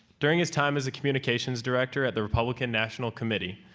during his time as a communications director at the republican national committee,